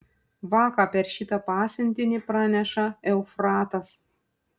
va ką per šitą pasiuntinį praneša eufratas